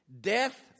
Death